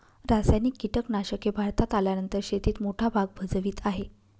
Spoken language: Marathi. रासायनिक कीटनाशके भारतात आल्यानंतर शेतीत मोठा भाग भजवीत आहे